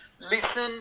Listen